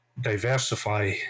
diversify